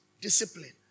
Discipline